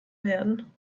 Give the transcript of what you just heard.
werden